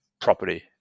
property